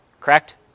correct